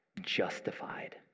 justified